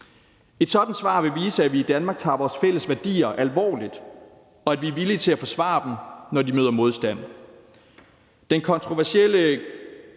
Et sådant svar vil vise, at vi i Danmark tager vores fælles værdier alvorligt, og at vi er villige til at forsvare dem, når de møder modstand. Den kontroversielle